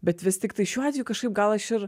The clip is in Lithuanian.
bet vis tiktai šiuo atveju kažkaip gal aš ir